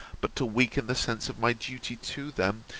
but to weaken the sense of my duty to them,